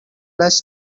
less